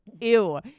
Ew